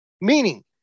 meaning